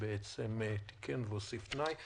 ובעצם תיקן והוסיף תנאי.